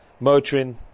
Motrin